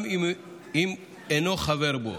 גם אם אינו חבר בו.